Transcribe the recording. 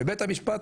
ובית המשפט